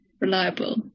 reliable